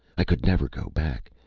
i could never go back.